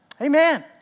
Amen